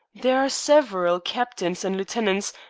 there are several captains and lieutenants,